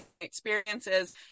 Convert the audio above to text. experiences